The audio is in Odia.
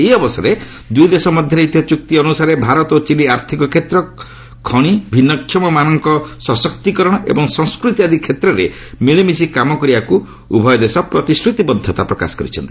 ଏହି ଅବସରରେ ଦୂଇ ଦେଶ ମଧ୍ୟରେ ହୋଇଥିବା ଚୃକ୍ତି ଅନ୍ତସାରେ ଭାରତ ଓ ଚିଲି ଆର୍ଥକ କ୍ଷେତ୍ର ଖଣି ଭିନୃଷମମାନଙ୍କ ସଶକ୍ତୀକରଣ ଏବଂ ସଂସ୍କୃତି ଆଦି କ୍ଷେତ୍ରରେ ମିଳିମିଶି କାମ କରିବାକୁ ଦୂଇ ଦେଶ ପ୍ରତିଶ୍ରତିବଦ୍ଧତା ପ୍ରକାଶ ପାଇଛି